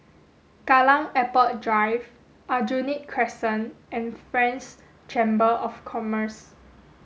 Kallang Airport Drive Aljunied Crescent and France Chamber of Commerce